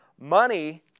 money